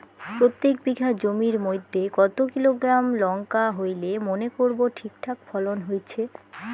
প্রত্যেক বিঘা জমির মইধ্যে কতো কিলোগ্রাম লঙ্কা হইলে মনে করব ঠিকঠাক ফলন হইছে?